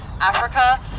Africa